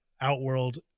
Outworld